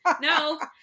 No